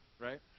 right